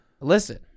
listen